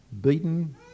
beaten